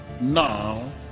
now